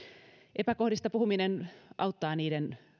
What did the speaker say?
epäkohdista puhuminen auttaa niiden